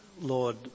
Lord